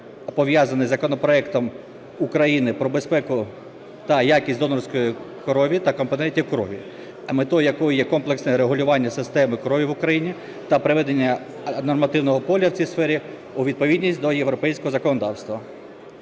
пов'язаний з законопроектом України про безпеку та якість донорської крові та компонентів крові, метою якого є комплексне регулювання системи крові в Україні та приведення нормативного поля в цій сфері у відповідність до європейського законодавства.